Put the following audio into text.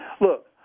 look